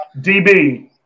DB